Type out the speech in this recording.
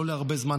לא להרבה זמן,